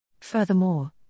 Furthermore